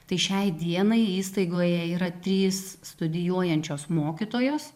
tai šiai dienai įstaigoje yra trys studijuojančios mokytojos